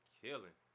killing